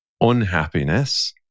unhappiness